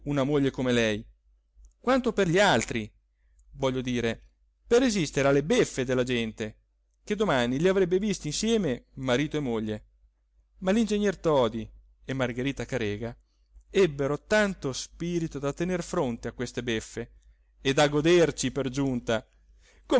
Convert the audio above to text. una moglie come lei quanto per gli altri voglio dire per resistere alle beffe della gente che domani li avrebbe visti insieme marito e moglie ma l'ingegner todi e margherita carega ebbero tanto spirito da tener fronte a queste beffe e da goderci per giunta